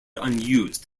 unused